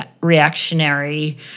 reactionary